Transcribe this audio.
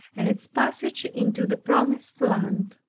and its passage into the promised land.